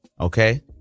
okay